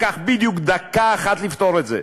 זה לקח בדיוק דקה אחת לפתור את זה.